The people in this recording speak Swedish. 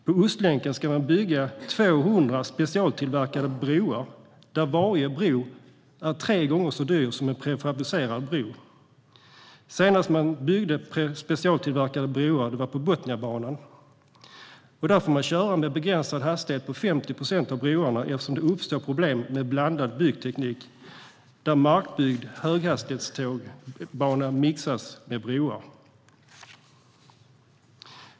På Ostlänken ska man bygga 200 specialtillverkade broar, där varje bro är tre gånger så dyr som en prefabricerad bro. Senast man byggde specialtillverkade broar var på Botniabanan, där man nu får köra med begränsad hastighet på 50 procent av broarna eftersom det uppstår problem med blandad byggteknik, där markbyggd höghastighetsbana mixas med broar.